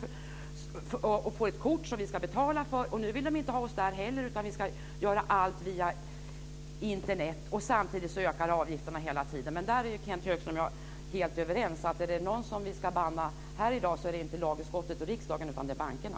Vi får ett kort som vi får betala för, och nu vill de inte heller stå till tjänst med det, utan vi ska göra allt via Internet, samtidigt som avgifterna ökar hela tiden. Kenth Högström och jag är helt överens om att är det någon som vi ska ge bannor i dag är det inte lagutskottet och riksdagen, utan det är bankerna.